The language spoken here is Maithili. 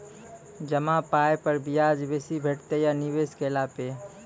जमा पाय पर ब्याज बेसी भेटतै या निवेश केला पर?